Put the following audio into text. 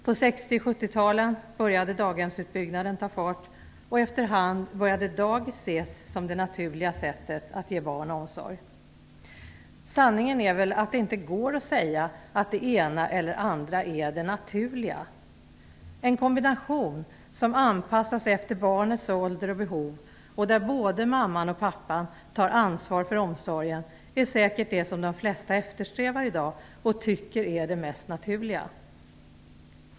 På 60 och 70 talen började daghemsutbyggnaden att ta fart, och efter hand började dagis ses som det naturliga sättet att ge barn omsorg. Sanningen är väl att det inte går att säga att det ena eller det andra är det naturliga. En kombination, som anpassas efter barnets ålder och behov och där både mamman och pappan tar ansvar för omsorgen, är säkert det som de flesta i dag eftersträvar och tycker är det mest naturliga.